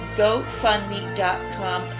gofundme.com